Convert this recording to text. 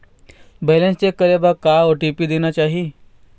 Balance check करे बर का ओ.टी.पी देना चाही?